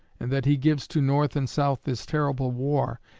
and that he gives to north and south this terrible war,